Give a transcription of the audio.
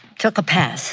took a pass